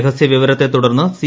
രഹസ്യവിവരത്തെ തുടർന്ന് സി